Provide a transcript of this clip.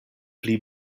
pli